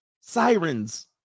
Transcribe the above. sirens